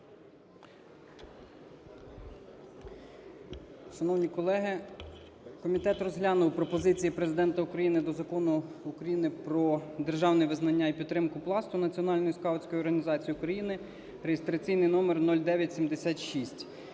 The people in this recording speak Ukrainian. Шановні колеги, комітет розглянув пропозиції Президента України до Закону України "Про державне визнання і підтримку Пласту - Національної скаутської організації України" (реєстраційний номер 0976).